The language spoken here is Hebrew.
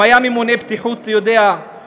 אם היה ממונה בטיחות שיודע,